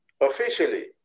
officially